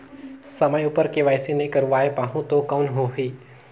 समय उपर के.वाई.सी नइ करवाय पाहुं तो कौन होही?